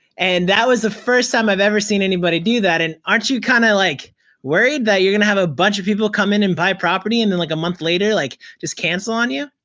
and that was the first time i've ever seen anybody do that, and aren't you kind of like worried that you're gonna have a bunch of people come in and buy a property and then like a month later like just cancel on you?